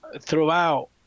throughout